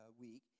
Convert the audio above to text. week